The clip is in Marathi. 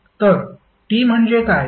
तर T म्हणजे काय